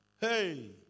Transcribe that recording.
hey